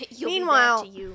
meanwhile